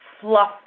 fluff